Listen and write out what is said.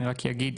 אני רק אגיד,